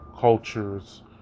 cultures